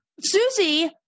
Susie